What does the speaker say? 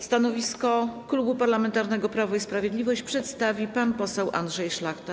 Stanowisko Klubu Parlamentarnego Prawo i Sprawiedliwość przedstawi pan poseł Andrzej Szlachta.